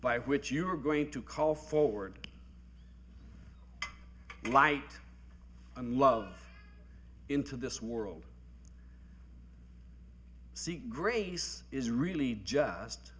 by which you are going to call forward light and love into this world see grace is really just